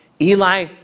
Eli